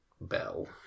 Bell